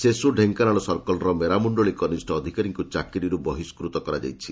cess Dhenkanal ସର୍କଲର ମେରାମୁଖଳି କନିଷ ଅଧିକାରୀଙ୍କୁ ଚାକିରୀରୁ ବହିସ୍କୁତ କରାଯାଇଛି